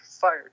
fired